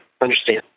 understand